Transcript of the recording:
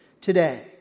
today